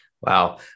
Wow